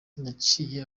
yaciye